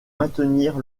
maintenir